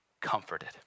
comforted